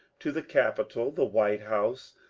to the capitol, the white house,